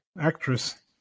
Actress